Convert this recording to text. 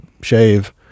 shave